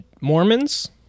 Mormons